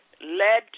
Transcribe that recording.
led